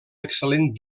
excel·lent